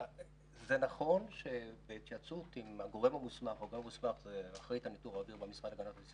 זה נכון שבהתייעצות עם הגורם המוסמך הגורם המוסמך זו האחראית